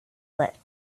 lit